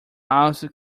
also